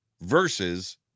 versus